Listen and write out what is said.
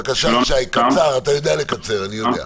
בבקשה, ישי, קצר, אתה יודע לקצר, אני יודע.